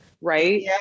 right